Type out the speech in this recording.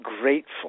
grateful